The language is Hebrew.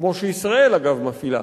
כמו שישראל, אגב, מפעילה,